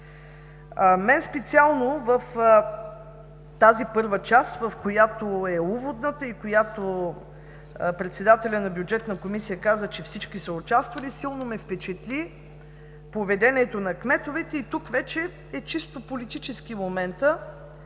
Мен специално в първата част, която е уводната и за която Председателят на Бюджетна комисия каза, че всички са участвали, силно ме впечатли поведението на кметовете. Тук вече чисто политически момент